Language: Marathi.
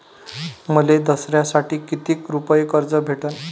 मले दसऱ्यासाठी कितीक रुपये कर्ज भेटन?